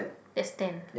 just ten